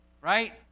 right